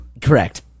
Correct